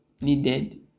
needed